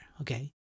okay